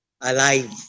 alive